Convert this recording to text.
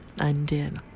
undid